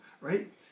right